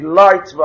light